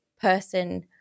person